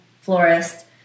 florist